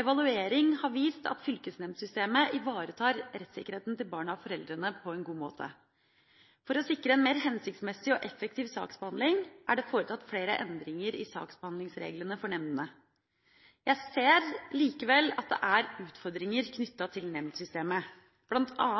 Evaluering har vist at fylkesnemndsystemet ivaretar rettssikkerheten til barna og foreldrene på en god måte. For å sikre en mer hensiktsmessig og effektiv saksbehandling er det foretatt flere endringer i saksbehandlingsreglene for nemndene. Jeg ser likevel at det er utfordringer knyttet til nemndsystemet, bl.a.